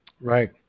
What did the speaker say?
Right